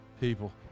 people